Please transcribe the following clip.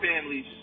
families